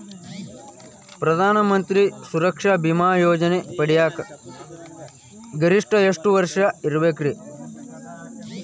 ಪ್ರಧಾನ ಮಂತ್ರಿ ಸುರಕ್ಷಾ ಭೇಮಾ ಯೋಜನೆ ಪಡಿಯಾಕ್ ಗರಿಷ್ಠ ಎಷ್ಟ ವರ್ಷ ಇರ್ಬೇಕ್ರಿ?